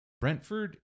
Brentford